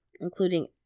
including